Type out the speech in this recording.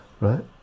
right